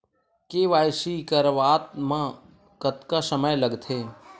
KYC करवात म कतका समय लगथे?